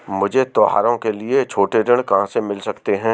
मुझे त्योहारों के लिए छोटे ऋृण कहां से मिल सकते हैं?